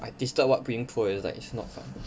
I tasted what being poor is like it's not fun